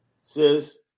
Says